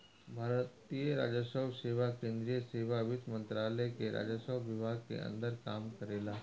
भारतीय राजस्व सेवा केंद्रीय सेवा वित्त मंत्रालय के राजस्व विभाग के अंदर काम करेला